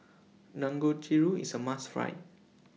Dangojiru IS A must Try